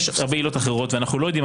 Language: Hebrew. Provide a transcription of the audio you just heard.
יש הרבה עילות אחרות ואנחנו לא יודעים,